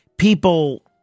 People